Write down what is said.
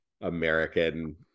American